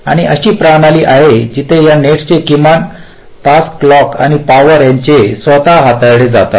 आणि अशी प्रणाली आहेत जिथे या नेट्सचे किमान काही तास क्लॉक आणि पॉवर त्यांचे स्वतः हाताळले जातात